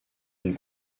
une